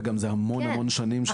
וגם זה המון שנים של הכשרה.